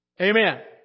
Amen